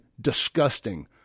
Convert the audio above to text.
disgusting